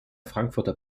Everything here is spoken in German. frankfurter